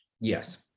yes